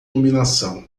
iluminação